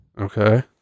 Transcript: okay